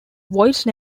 voice